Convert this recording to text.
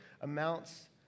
amounts